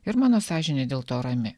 ir mano sąžinė dėl to rami